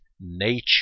nature